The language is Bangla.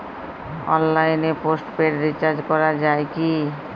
অনলাইনে পোস্টপেড রির্চাজ করা যায় কি?